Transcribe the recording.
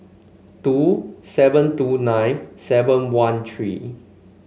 two seven two nine seven one three